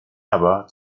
aber